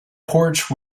porch